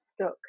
stuck